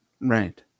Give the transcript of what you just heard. Right